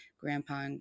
grandpa